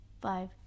five